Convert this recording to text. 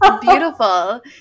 beautiful